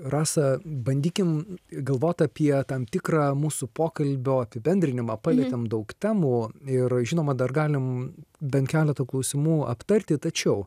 rasa bandykim galvot apie tam tikrą mūsų pokalbio apibendrinimą palietėm daug temų ir žinoma dar galim bent keletą klausimų aptarti tačiau